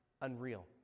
unreal